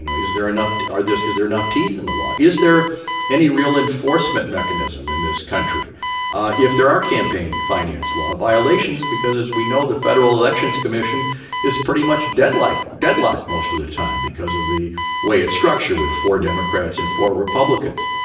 is there enough are there is there enough teeth in the law? is there any real enforcement mechanism in this country if there are campaign finance law violations? because as we know, the federal elections commission is pretty much dead like deadlock. most of the time, because of the way it structure with four democrats and four republicans.